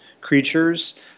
creatures